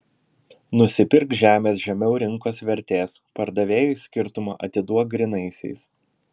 nusipirk žemės žemiau rinkos vertės pardavėjui skirtumą atiduok grynaisiais